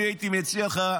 אני הייתי מציע לך,